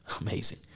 Amazing